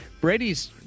Brady's